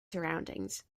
surroundings